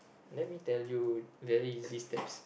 let me tell you very easy steps